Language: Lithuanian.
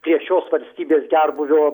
prie šios valstybės gerbūvio